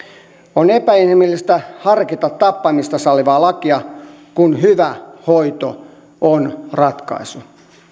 on epäinhimillistä harkita tappamista sallivaa lakia kun hyvä hoito on ratkaisu